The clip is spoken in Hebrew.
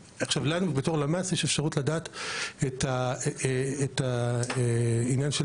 ולנו בתור הלשכה המרכזית לסטטיסטיקה יש את האפשרות לדעת אם הסטודנט הוא